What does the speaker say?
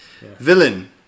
Villain